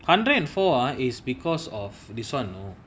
hundred and four is because of this one